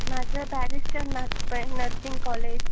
माझं barrister Nath Pai nursing college